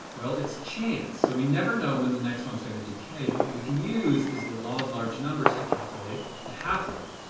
well it is chance. so we never know when the next one is going to decay. but what we can use is the law of large numbers to calculate the half-life.